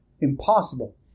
Impossible